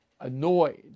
annoyed